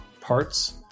parts